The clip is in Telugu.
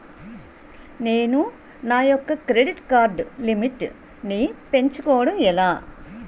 నేను నా యెక్క క్రెడిట్ కార్డ్ లిమిట్ నీ పెంచుకోవడం ఎలా?